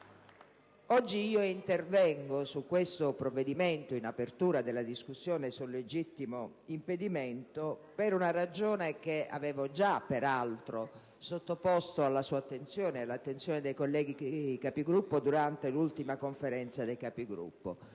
Oggi intervengo in apertura della discussione del disegno di legge sul legittimo impedimento per una ragione che avevo già, peraltro, sottoposto alla sua attenzione e all'attenzione dei colleghi Capigruppo durante l'ultima Conferenza dei Capigruppo,